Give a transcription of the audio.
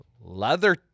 Leather